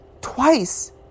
twice